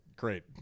Great